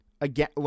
again